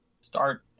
start